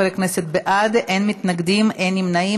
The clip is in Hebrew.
21 חברי כנסת בעד, אין מתנגדים, אין נמנעים.